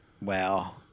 wow